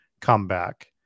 comeback